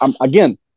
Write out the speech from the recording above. Again